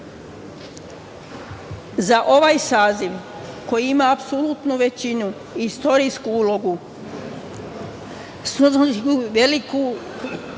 ovaj saziv koji ima apsolutnu većinu i istorijsku ulogu …veliku